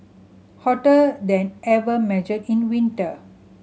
hotter than ever measured in winter